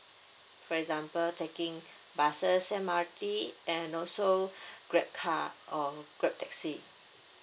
for example taking buses M_R_T and also grab car or grab taxi